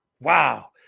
wow